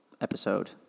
episode